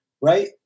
right